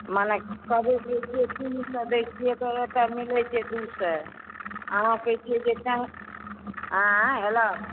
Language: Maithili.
मने कबइ दैत छियै तीन सए टके एतय मिलैत छै दू सए अहाँ कहैत छियै जे आँय हेलो